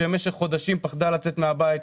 שבמשך חודשים פחדה לצאת מהבית,